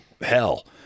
hell